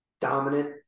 dominant